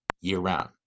year-round